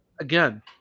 Again